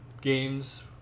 games